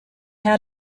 had